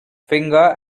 finger